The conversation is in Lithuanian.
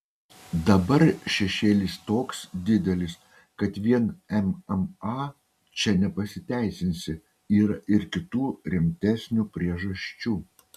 dabar šešėlis toks didelis kad vien mma čia nepasiteisinsi yra ir kitų rimtesnių priežasčių